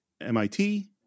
MIT